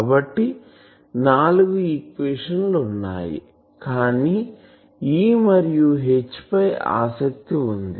కాబట్టి నాలుగు ఈక్వేషన్ లు ఉన్నాయి కానీ మనకు E మరియు H పై ఆసక్తి ఉంది